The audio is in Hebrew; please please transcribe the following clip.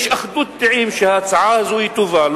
יש אחדות דעים שההצעה הזאת היא טובה,